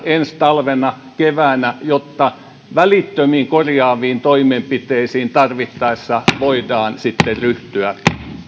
ensi talvena keväänä jotta välittömiin korjaaviin toimenpiteisiin voidaan tarvittaessa sitten ryhtyä